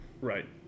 Right